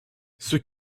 ceux